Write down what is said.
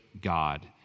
God